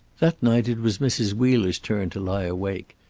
that night it was mrs. wheeler's turn to lie awake.